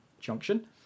Junction